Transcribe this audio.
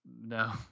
No